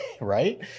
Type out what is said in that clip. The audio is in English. Right